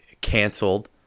canceled